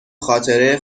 خاطره